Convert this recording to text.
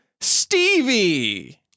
Stevie